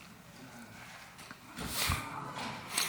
מכובדי,